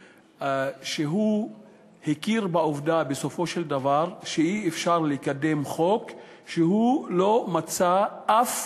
שהוא הכיר בסופו של דבר בעובדה שאי-אפשר לקדם חוק כשהוא לא מצא אף